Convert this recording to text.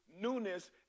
newness